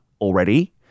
already